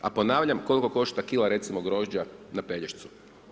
A ponavljam koliko košta kila recimo grožđa na Pelješcu.